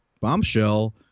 bombshell